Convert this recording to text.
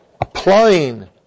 applying